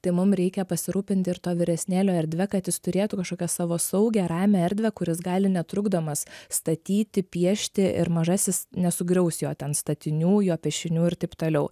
tai mum reikia pasirūpinti ir to vyresnėlio erdve kad jis turėtų kažkokią savo saugią ramią erdvę kur jis gali netrukdomas statyti piešti ir mažasis nesugriaus jo ten statinių jo piešinių ir taip toliau